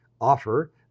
Offer